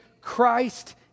Christ